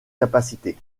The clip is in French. capacité